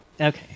okay